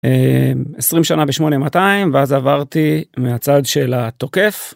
20 שנה ב8200 ואז עברתי מהצד של התוקף.